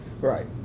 Right